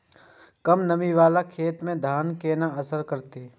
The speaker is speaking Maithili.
कम नमी वाला खेत में धान केना असर करते?